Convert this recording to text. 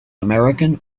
american